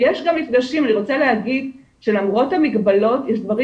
אני רוצה להגיד שלמרות המגבלות יש דברים